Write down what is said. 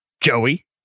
joey